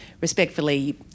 respectfully